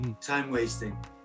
time-wasting